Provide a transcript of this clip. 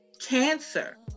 cancer